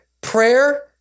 prayer